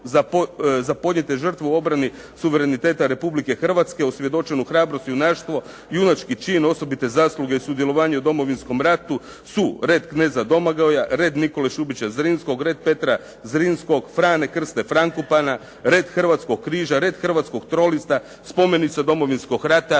za podnijete žrtve u obrani suvereniteta Republike Hrvatske, osvjedočenu hrabrost i junaštvo, junački čin, osobite zasluge, sudjelovanje u Domovinskom ratu su "Red kneza Domagoja", "Red Nikole Šubića Zrinskog", "Red Petra Zrinskog", "Frane Krste Frankopana", "Red Hrvatskog križa", "Red Hrvatskog trolista", "Spomenica Domovinskog rata"